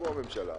תבוא הממשלה,